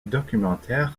documentaire